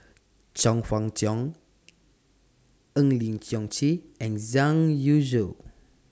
Chong Fah Cheong Eng Lee Seok Chee and Zhang Youshuo